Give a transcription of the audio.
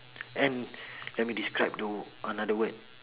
and let me describe the another word